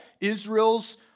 Israel's